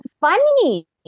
funny